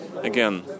again